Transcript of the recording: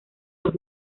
los